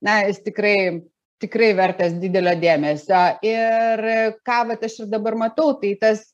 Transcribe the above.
na jis tikrai tikrai vertas didelio dėmesio ir ką vat aš ir dabar matau tai tas